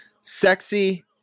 sexy